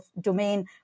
domain